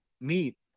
meat